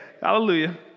Hallelujah